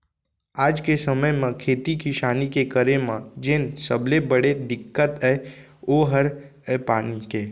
आज के समे म खेती किसानी के करे म जेन सबले बड़े दिक्कत अय ओ हर अय पानी के